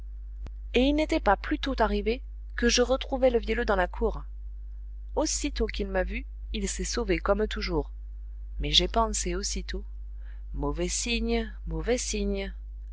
et il n'était pas plus tôt arrivé que je retrouvais le vielleux dans la cour aussitôt qu'il m'a eu vue il s'est sauvé comme toujours mais j'ai pensé aussitôt mauvais signe mauvais signe